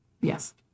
yes